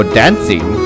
dancing